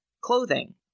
Clothing